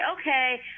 okay